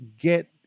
get